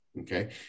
Okay